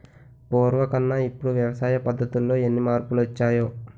పూర్వకన్నా ఇప్పుడు వ్యవసాయ పద్ధతుల్లో ఎన్ని మార్పులొచ్చాయో